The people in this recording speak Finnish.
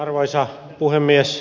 arvoisa puhemies